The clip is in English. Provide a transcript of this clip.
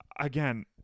again